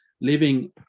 living